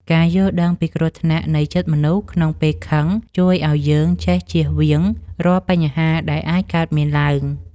ការយល់ដឹងពីគ្រោះថ្នាក់នៃចិត្តមនុស្សក្នុងពេលខឹងជួយឱ្យយើងចេះចៀសវាងរាល់បញ្ហាដែលអាចកើតមានឡើង។